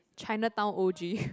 Chinatown O_G